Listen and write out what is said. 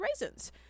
raisins